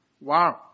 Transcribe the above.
Wow